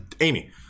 Amy